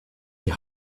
die